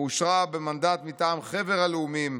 ואושרה במנדט מטעם חבר הלאומים,